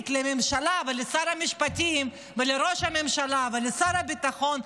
לממשלה ולשר המשפטים ולראש הממשלה ולשר הביטחון,